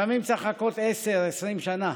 לפעמים צריך לחכות עשר, עשרים שנה,